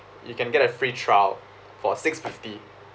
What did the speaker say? you can get a free trial for six fifty